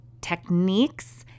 techniques